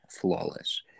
flawless